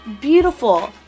Beautiful